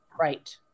Right